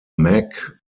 mac